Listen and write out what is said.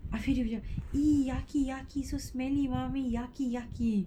habis dia macam !ee! yucky yucky so smelly mummy yucky yucky